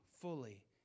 fully